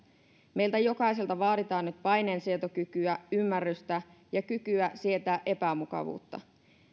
meiltä jokaiselta vaaditaan nyt paineensietokykyä ymmärrystä ja kykyä sietää epämukavuutta